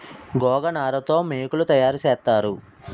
గోగనార తో మోకులు తయారు సేత్తారు